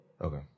okay